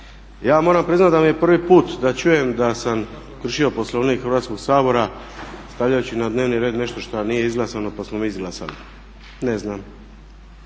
Ja moram priznati da mi je prvi put da čujem da sam kršio Poslovnik Hrvatskog sabora stavljajući na dnevni red nešto što nije izglasano pa smo mi izglasali. Ne znam,